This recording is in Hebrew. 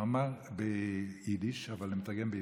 הוא אמר ביידיש, אבל אני מתרגם לעברית: